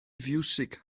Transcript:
fiwsig